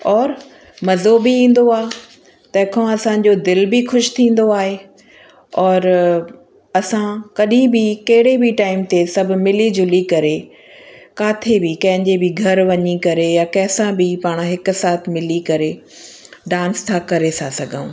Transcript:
और मज़ो बि ईंदो आहे तंहिं खां असांजो दिलि बि ख़ुशि थींदो आहे और असां कॾहिं बि कहिड़े बि टाइम ते सभु मिली झुली करे किथे बि कंहिंजे बि घर वञी करे या कंहिं सां बि पाणि हिकु साथ मिली करे डांस था करे सघूं